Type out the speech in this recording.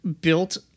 built